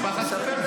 משפחת שקלים.